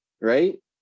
right